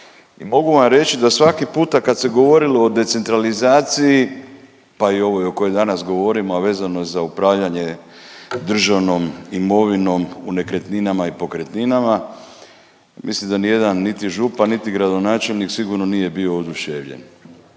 i mogu vam reći da svaki puta kad se govorilo o decentralizaciji pa i ovoj o kojoj danas govorimo, a vezano je za upravljanje državnom imovinom u nekretninama i pokretninama mislim da ni jedan niti župan, niti gradonačelnik sigurno nije bio oduševljen